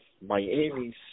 Miami